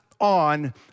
on